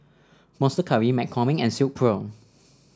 Monster Curry McCormick and Silkpro